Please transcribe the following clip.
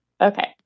Okay